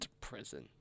prison